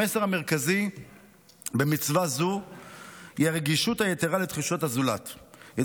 המסר המרכזי במצווה זו הוא הרגישות היתרה לתחושות הזולת.